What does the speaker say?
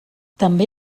també